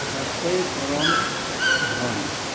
स्वास्थ्य' हि परम धन है